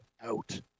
out